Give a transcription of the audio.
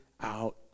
out